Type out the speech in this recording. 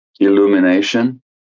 illumination